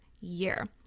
year